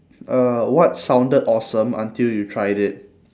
uh what sounded awesome until you tried it